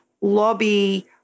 lobby